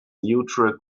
neutral